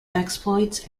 exploits